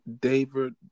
David